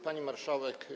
Pani Marszałek!